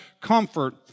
comfort